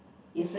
is it